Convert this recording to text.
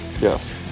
Yes